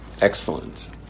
excellent